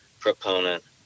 proponent